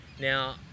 Now